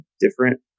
different